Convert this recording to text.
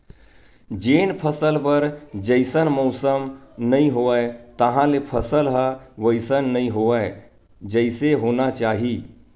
जेन फसल बर जइसन मउसम नइ होइस तहाँले फसल ह वइसन नइ होवय जइसे होना चाही